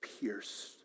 pierced